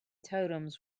totems